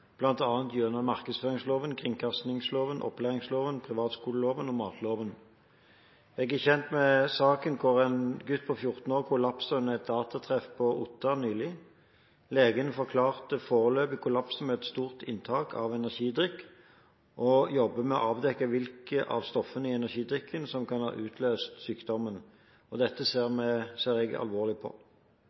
gjennom markedsføringsloven, kringkastingsloven, opplæringsloven, privatskoleloven og matloven. Jeg er kjent med saken hvor en gutt på 14 år kollapset under et datatreff på Otta nylig. Legene forklarer foreløpig kollapsen med det store inntaket av energidrikk og jobber med å avdekke hvilke av stoffene i energidrikkene som kan ha utløst sykdommen. Dette ser jeg alvorlig på.